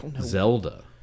Zelda